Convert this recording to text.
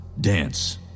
dance